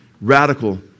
radical